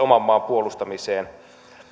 oman maan puolustamiseen